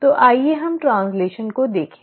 तो आइए हम ट्रैन्स्लैशन को देखें